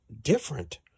different